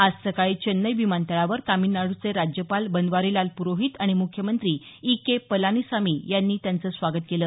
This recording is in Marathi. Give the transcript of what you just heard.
आज सकाळी चेन्नई विमानतळावर तामिळनाडूचे राज्यपाल बनवारीलाल पुरोहीत आणि मुख्यमंत्री ई के पलानीसामी यांनी त्यांचं स्वागत केलं